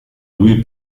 louis